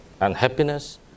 unhappiness